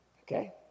okay